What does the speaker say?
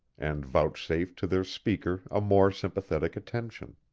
and vouchsafed to their speaker a more sympathetic attention.